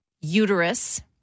Uterus